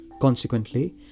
Consequently